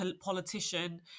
politician